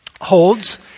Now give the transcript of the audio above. holds